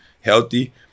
Healthy